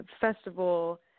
festival